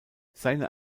seine